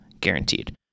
guaranteed